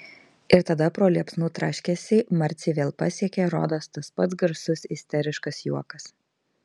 ir tada pro liepsnų traškesį marcį vėl pasiekė rodos tas pats garsus isteriškas juokas